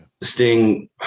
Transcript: Sting